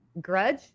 Grudge